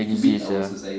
exists sia